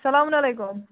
سلام علیکُم